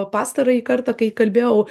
pastarąjį kartą kai kalbėjau